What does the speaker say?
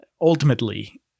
ultimately